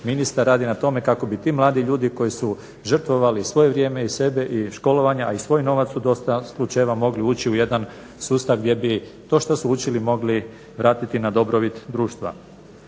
ministar radi na tome kako bi ti mladi ljudi koji su žrtvovali svoje vrijeme i sebe i školovanja, a i svoj novac su u dosta slučajeva mogli ući u jedan sustav gdje bi to što su učili mogli vratiti na dobrobit društva.